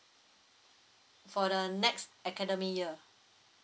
for the next academic ya